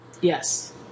Yes